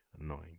annoying